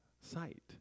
sight